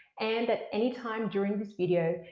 and at anytime during this video,